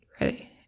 ready